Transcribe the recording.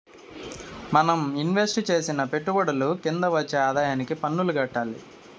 మనం ఇన్వెస్టు చేసిన పెట్టుబడుల కింద వచ్చే ఆదాయానికి పన్నులు కట్టాలి